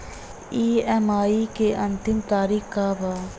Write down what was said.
EMI के अंतिम तारीख का बा?